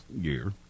year